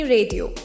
Radio